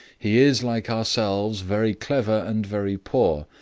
he is, like ourselves, very clever and very poor.